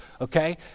okay